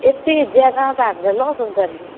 यति ज्यादामा त हामीलाई लस हुन्छ नि